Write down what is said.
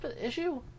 issue